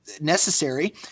necessary